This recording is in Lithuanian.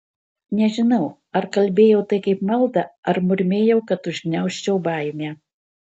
nežinau ar kalbėjau tai kaip maldą ar murmėjau kad užgniaužčiau baimę